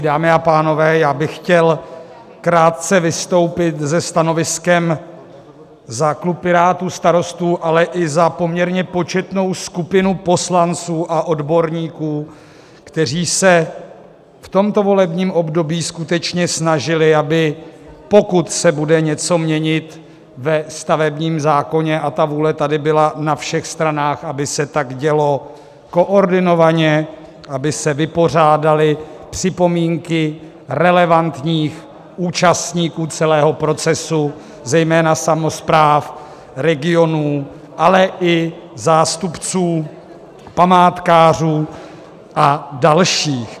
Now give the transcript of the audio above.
Dámy a pánové, já bych chtěl krátce vystoupit se stanoviskem za klub Pirátů, Starostů, ale i za poměrně početnou skupinu poslanců a odborníků, kteří se v tomto volebním období skutečně snažili, pokud se bude něco měnit ve stavebním zákoně, a ta vůle tady byla na všech stranách, aby se tak dělo koordinovaně, aby se vypořádaly připomínky relevantních účastníků celého procesu, zejména samospráv, regionů, ale i zástupců památkářů a dalších.